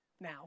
Now